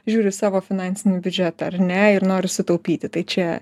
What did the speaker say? žiūri savo finansinį biudžetą ar ne ir nori sutaupyti tai čia